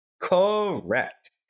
Correct